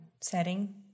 setting